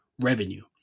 revenue